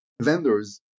vendors